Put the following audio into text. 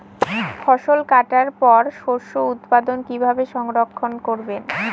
ফসল কাটার পর শস্য উৎপাদন কিভাবে সংরক্ষণ করবেন?